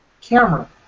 camera